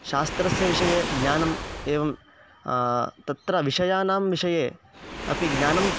शास्त्रस्य विषये ज्ञानम् एवं तत्र विषयाणां विषये अपि ज्ञानं